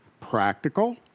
practical